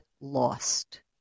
lost